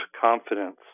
confidence